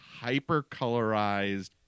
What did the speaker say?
hyper-colorized